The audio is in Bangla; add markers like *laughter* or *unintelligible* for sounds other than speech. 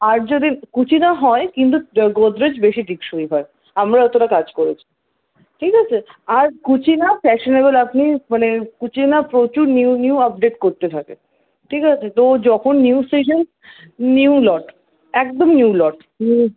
আর যদি কুচিনা হয় কিন্তু গোদরেজ বেশি টেকসই হয় আমরা যতটা কাজ করেছি ঠিক আছে আর কুচিনা ফ্যাশনবল আপনি মানে কুচিনা প্রচুর নিউ নিউ আপডেট করতে থাকে ঠিক আছে তো যখন নিউ সিজন নিউ লট একদম নিউ লট *unintelligible*